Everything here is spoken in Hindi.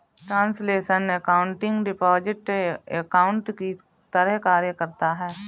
ट्रांसलेशनल एकाउंटिंग डिपॉजिट अकाउंट की तरह कार्य करता है